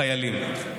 חיילים.